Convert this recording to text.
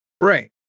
Right